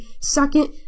Second